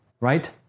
right